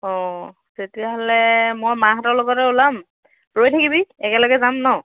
অঁ তেতিয়াহ'লে মই মাহঁতৰ লগতে ওলাম ৰৈ থাকিবি একেলগে যাম ন